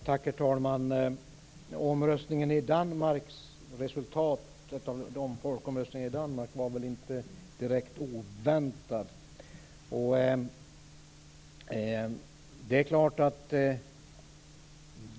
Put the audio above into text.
Herr talman! Resultatet av folkomröstningen i Danmark var väl inte direkt oväntat.